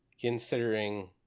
considering